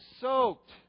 soaked